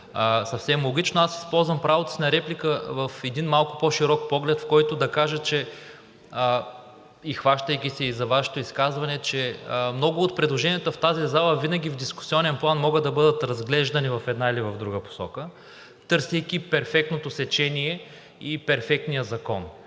съвсем логично. Използвам правото си на реплика в един малко по-широк поглед и хващайки се за Вашето изказване, да кажа, че много от предложенията в тази зала винаги в дискусионен план могат да бъдат разглеждани в една или в друга посока, търсейки перфектното сечение и перфектния закон.